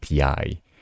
API